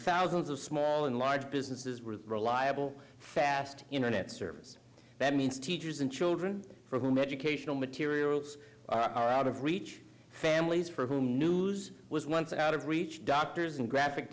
thousands of small and large businesses with reliable fast internet service that means teachers and children for whom educational materials are out of reach families for whom news was once out of reach doctors graphic